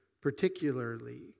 particularly